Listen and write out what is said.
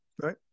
Right